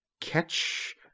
catch